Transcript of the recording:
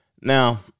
Now